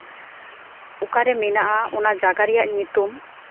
ᱚᱠᱟᱨᱮ ᱢᱮᱱᱟᱜᱼᱟ ᱚᱱᱟ ᱡᱟᱭᱜᱟ ᱨᱮᱭᱟᱜ ᱧᱩᱛᱩᱢ